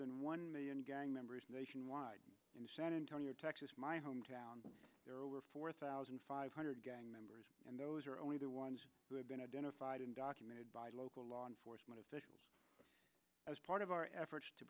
than one million gang members nationwide in texas my hometown there are over four thousand five hundred gang members and those are only the ones who have been identified and documented by local law enforcement officials as part of our efforts to